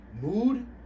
Mood